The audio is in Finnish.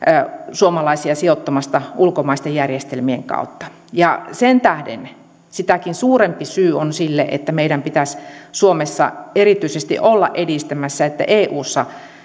suomalaisia sijoittamasta ulkomaisten järjestelmien kautta ja sen tähden sitäkin suurempi syy on sille että meidän pitäisi suomessa erityisesti olla edistämässä että eussa